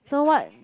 so what